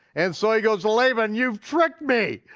and so he goes laban, you've tricked me,